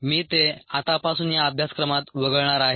मी ते आतापासून या अभ्यासक्रमात वगळणार आहे